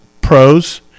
Pros